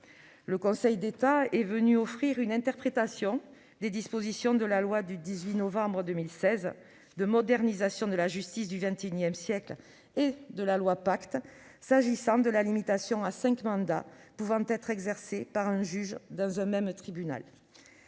Le Conseil d'État est venu offrir une interprétation des dispositions de la loi du 18 novembre 2016 de modernisation de la justice du XXI siècle, dite « loi J21 », et de la loi Pacte s'agissant de la limitation à cinq mandats pouvant être exercés par un juge dans un même tribunal.